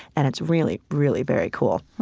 and it's really, really very cool